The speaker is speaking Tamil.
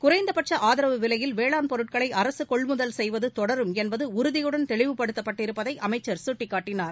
குறைந்தபட்ச ஆதரவு விலையில் வேளாண் பொருட்களை அரசு கொள்முதல் செய்வது தொடரும் என்பது உறுதியுடன் தெளிவுபடுத்தப்பட்டிருப்பதை அமைச்சர் சுட்டிக்காட்டினார்